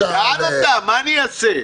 שאל אותם, מה אני אעשה,